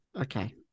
Okay